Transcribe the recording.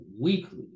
weekly